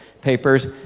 papers